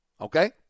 okay